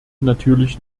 natürlich